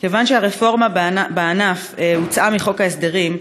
מכיוון שהרפורמה בענף הוצאה מחוק ההסדרים,